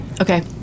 Okay